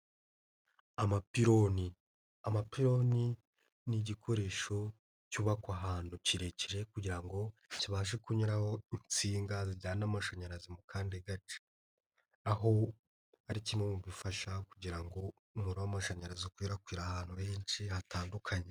Amapironi, amapironi ni igikoresho cyubakwa ahantu kirekire kugira ngo kibashe kunyuraho insinga zijyana amashanyarazi mu kandi gace aho ari kimwe mu bifasha kugira ngo umuriro w'amashanyarazi ukwirakwire ahantu henshi hatandukanye.